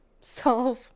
solve